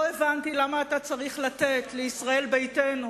לא הבנתי למה אתה צריך לתת לישראל ביתנו